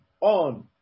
on